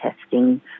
testing